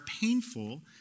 painful